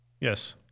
Yes